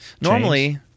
normally